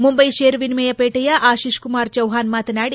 ಮುಂಬೈ ಷೇರು ವಿನಿಮಯ ಪೇಟೆಯ ಆಶೀತ್ ಕುಮಾರ್ ಜೌಪಾಣ್ ಮಾತನಾಡಿ